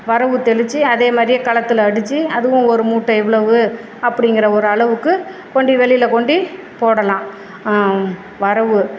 வரவு தெளித்து அதே மாதிரியே களத்தில் அடித்து அதுவும் ஒரு மூட்டை இவ்வளவு அப்படிங்கிற ஒரு அளவுக்கு கொண்டு வெளியில் கொண்டு போடலாம் வரகு